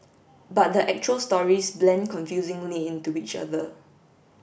but the actual stories blend confusingly into each other